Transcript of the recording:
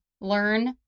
learn